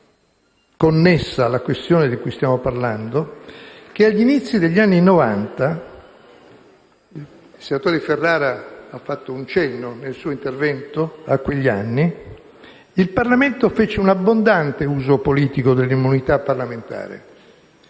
connessa alla questione di cui stiamo parlando: agli inizi degli anni Novanta (il senatore Ferrara ha fatto un cenno nel suo intervento a quegli anni) il Parlamento fece un'abbondante uso politico dell'immunità parlamentare